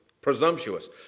presumptuous